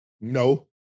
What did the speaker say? No